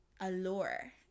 Allure